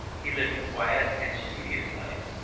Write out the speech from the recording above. he lived a quiet and studious life,